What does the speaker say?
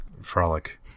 frolic